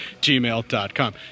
gmail.com